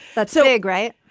that's so great.